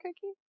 cookie